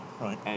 Right